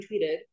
tweeted